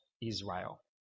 Israel